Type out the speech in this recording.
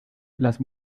las